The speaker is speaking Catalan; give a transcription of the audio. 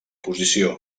posició